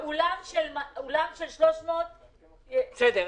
באולם של 300 זה 250. אולם של 1000, גם 250. טוב.